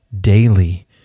daily